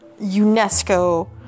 UNESCO